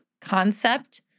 concept